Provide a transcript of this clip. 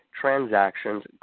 transactions